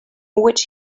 which